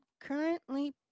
currently